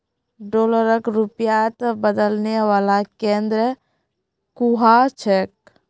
डॉलरक रुपयात बदलने वाला केंद्र कुहाँ छेक